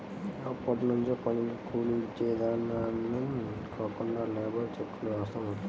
ఎప్పట్నుంచో పనికి కూలీ యిచ్చే ఇదానం కాకుండా లేబర్ చెక్కుల వ్యవస్థ మొదలయ్యింది